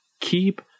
keep